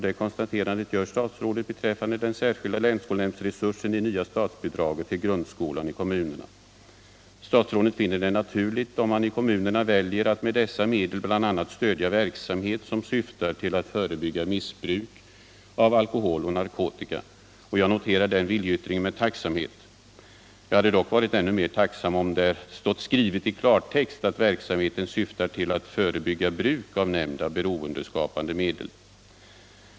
Det konstaterandet gör statsrådet beträffande den särskilda länskolnämndsresursen i nya statsbidraget till grundskolan i kommunerna. Statsrådet finner det naturligt om man i kommunerna väljer att med dessa medel bl.a. stödja verksamhet som syftar till att förebygga missbruk av alkohol och narkotika. Jag noterar den viljeyttringen med tacksamhet. Jag hade dock varit ännu mer tacksam om där stått skrivet i klartext att verksamheten syftar till att förebygga bruk av nämnda beroendeskapande medel.